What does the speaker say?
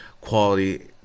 quality